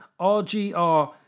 RGR